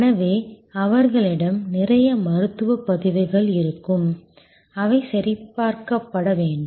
எனவே அவர்களிடம் நிறைய மருத்துவ பதிவுகள் இருக்கும் அவை சரிபார்க்கப்பட வேண்டும்